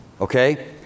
Okay